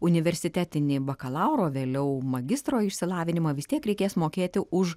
universitetinį bakalauro vėliau magistro išsilavinimą vis tiek reikės mokėti už